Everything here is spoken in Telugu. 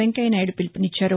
వెంకయ్యనాయుడు పిలువునిచ్చారు